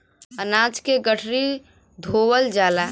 अनाज के गठरी धोवल जाला